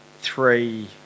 three